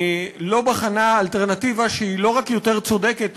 לא בחנה אלטרנטיבה שהיא לא רק יותר צודקת,